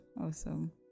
Awesome